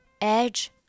edge